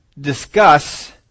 discuss